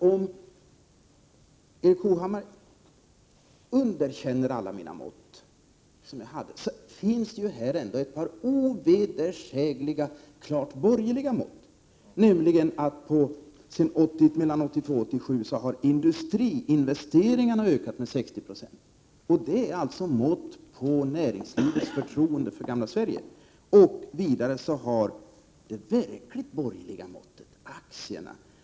Om Erik Hovhammar underkänner alla mina mått finns det ändå här ett par ovedersägliga klart borgerliga mått. Mellan 1982 och 1987 hart.ex. industriinvesteringarna ökat med 60 20. Det är således ett mått på näringslivets förtroende för gamla Sverige. Vi har vidare det verkligt borgerliga måttet — aktierna. Aktiekurser Prot.